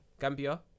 Gambia